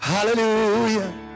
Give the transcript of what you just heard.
Hallelujah